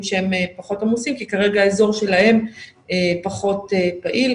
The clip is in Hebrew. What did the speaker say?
שהם פחות עמוסים כי כרגע האזור שלהם פחות פעיל.